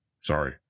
Sorry